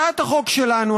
הצעת החוק שלנו,